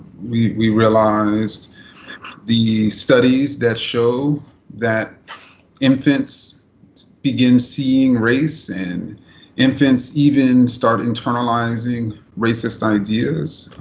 we realized the studies that show that infants begin seeing race, and infants even start internalizing racist ideas.